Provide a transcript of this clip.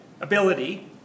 ability